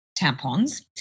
tampons